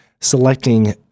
selecting